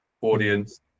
audience